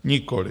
Nikoli.